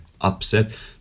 upset